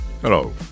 Hello